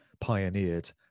pioneered